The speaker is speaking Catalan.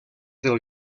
del